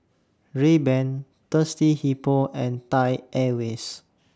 Rayban Thirsty Hippo and Thai Airways